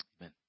amen